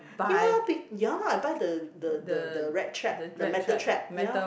ya big ya I buy the the the the rat trap the metal trap ya